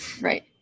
Right